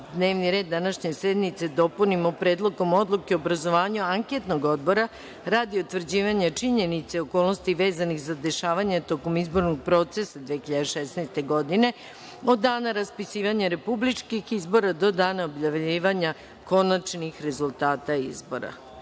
dnevni red današnje sednice dopunimo Predlogom odluke o obrazovanju anketnog odbora radi utvrđivanja činjenica i okolnosti vezanih za dešavanje tokom izbornog procesa 2016. godine od dana raspisivanja republičkih izbora do dana objavljivanja konačnih rezultata